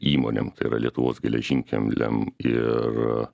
įmonėm tai yra lietuvos geležinkeliam ir